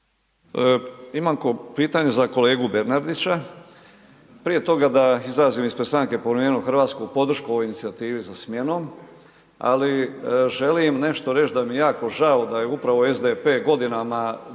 Imam pitanje za kolegu Bernardića. Prije toga da izrazim ispred stranke Promijenimo Hrvatske podršku ovoj inicijativi za smjenom, ali želim nešto reći da mi je jako žao da je upravo SDP godinama držao